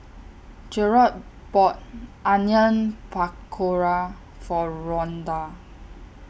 Jerrod bought Onion Pakora For Rhonda